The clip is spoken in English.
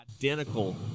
identical